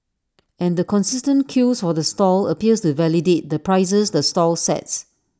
and the consistent queues for the stall appears to validate the prices the stall sets